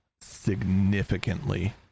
significantly